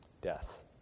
death